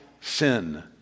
sin